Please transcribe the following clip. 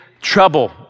trouble